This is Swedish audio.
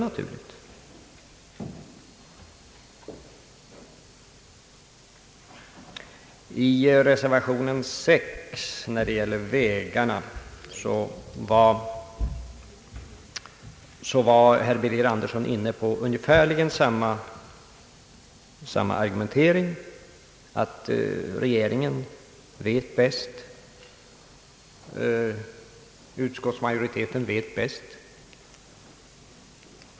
I fråga om reservation 6 beträffande vägarbeten var herr Birger Andersson inne på ungefär samma argumentering, att regeringen och utskottsmajoriteten vet bäst.